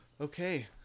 Okay